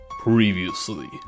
Previously